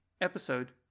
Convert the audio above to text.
episode